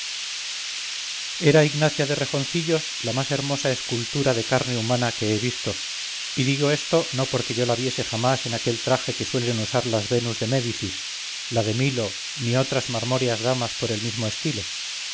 era ignacia rejoncillos la más hermosa esculturade carne humana que he visto y digo esto no porque yo la viese jamás en aquel traje que suelen usar la venus de médicis la de milo ni otras marmóreas damas por el mismo estilo